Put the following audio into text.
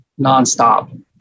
nonstop